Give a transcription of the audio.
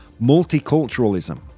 multiculturalism